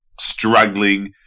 struggling